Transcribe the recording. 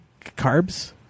carbs